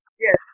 Yes